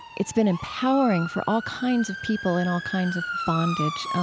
it's been empowering for all kinds of people in all kinds of bondage.